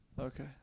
Okay